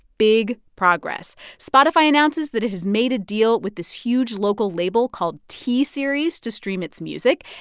big progress spotify announces that it has made a deal with this huge local label called t-series to stream its music.